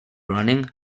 running